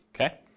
okay